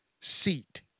seat